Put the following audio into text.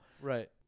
right